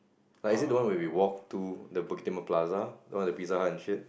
like is it the one where we walk to the Bukit-Timah plaza the one that Pizza-Hut and shit